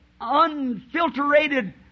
unfiltered